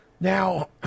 Now